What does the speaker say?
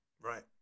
Right